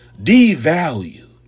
devalued